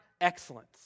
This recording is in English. excellence